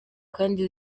kandi